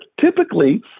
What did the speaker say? typically